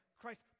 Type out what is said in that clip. Christ